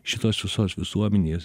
šitos visos visuomenės